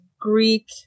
Greek